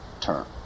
term